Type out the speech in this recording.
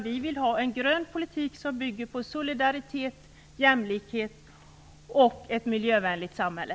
Vi vill ha en grön politik som bygger på solidaritet, jämlikhet och ett miljövänligt samhälle.